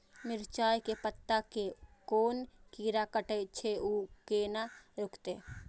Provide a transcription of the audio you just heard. मिरचाय के पत्ता के कोन कीरा कटे छे ऊ केना रुकते?